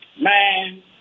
Man